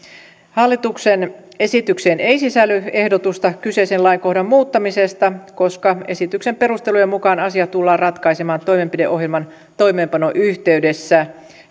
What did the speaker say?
hallituksen esitykseen ei sisälly ehdotusta kyseisen lainkohdan muuttamisesta koska esityksen perustelujen mukaan asia tullaan ratkaisemaan toimenpideohjelman toimeenpanon yhteydessä